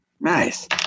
Nice